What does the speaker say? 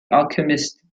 alchemist